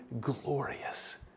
glorious